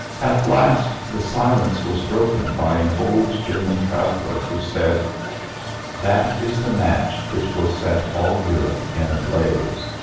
at last the silence was broken by an old german traveler, who said that is the match which will set all europe in a blaze.